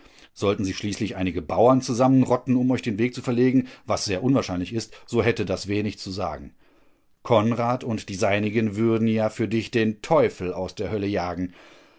sollten sich schließlich einige bauern zusammenrotten um euch den weg zu verlegen was sehr unwahrscheinlich ist so hätte das wenig zu sagen konrad und die seinigen würden ja für dich den teufel aus der hölle jagen